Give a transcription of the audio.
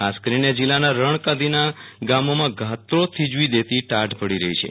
ખાસ કરીને જીલ્લાનાં રણકાંધીનાં ગામોમાં ગાત્રો થીજવી દેતી ટાઢ પડી રહી છે